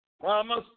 promise